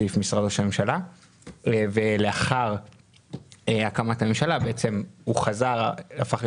בסעיף משרד ראש הממשלה ולאחר הקמת הממשלה הוא הפך להיות